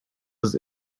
was